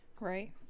right